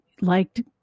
liked